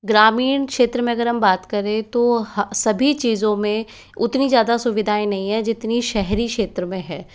ग्रामीण क्षेत्र में अगर हम बात करें तो सभी चीज़ों में उतनी ज़्यादा सुविधाएँ नहीं है जितनी शहरी क्षेत्र में है